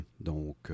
Donc